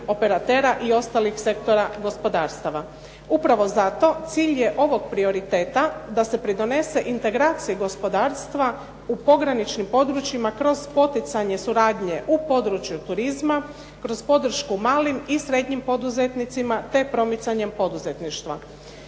operatera i ostalih sektora gospodarstava. Upravo zato cilj je ovog prioriteta da se pridonese integraciji gospodarstva u pograničnim područjima kroz poticanje suradnje u području turizma, kroz podršku malim i srednjim poduzetnicima te promicanjem poduzetništva.